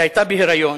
היא היתה בהיריון.